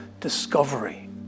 discovery